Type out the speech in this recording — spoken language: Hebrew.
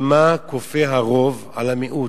מה כופה הרוב על המיעוט?